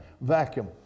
vacuum